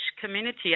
community